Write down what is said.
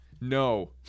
No